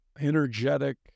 energetic